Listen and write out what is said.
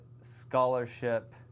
scholarship